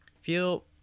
feel